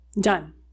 done